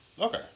Okay